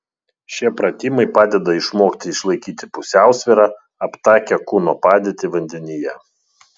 šie pratimai padeda išmokti išlaikyti pusiausvyrą aptakią kūno padėtį vandenyje